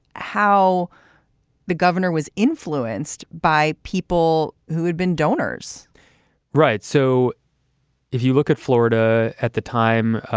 how the governor was influenced by people who had been donors right. so if you look at florida at the time,